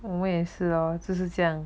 我也是咯就是这样